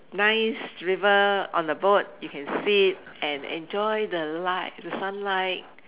nice river on the boat you can sit and enjoy the light the sunlight